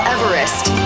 Everest